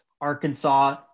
Arkansas